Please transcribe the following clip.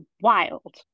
wild